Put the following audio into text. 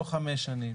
לא חמש שנים.